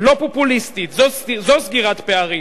לא פופוליסטית, זו סגירת פערים.